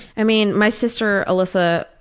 i mean my sister, alyssa,